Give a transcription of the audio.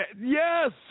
yes